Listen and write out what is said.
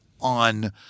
on